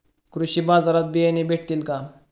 कृषी बाजारात बियाणे भेटतील का?